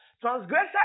Transgressor